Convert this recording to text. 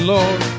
Lord